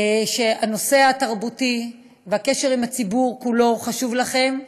שהנושא התרבותי והקשר עם הציבור כולו חשוב לכם,